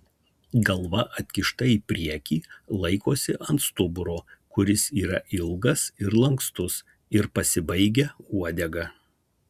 galva atkišta į priekį laikosi ant stuburo kuris yra ilgas ir lankstus ir pasibaigia uodega